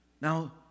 Now